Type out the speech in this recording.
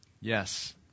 Yes